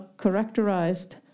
characterized